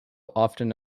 often